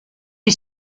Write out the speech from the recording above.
est